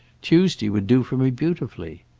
tuesday would do for me beautifully.